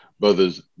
brothers